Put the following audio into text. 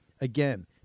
again